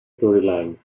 storylines